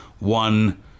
one